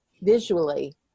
visually